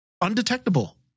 undetectable